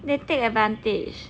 they take advantage